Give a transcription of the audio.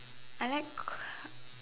I like